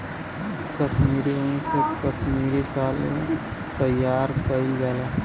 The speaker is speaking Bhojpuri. कसमीरी उन से कसमीरी साल तइयार कइल जाला